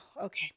Okay